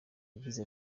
yagize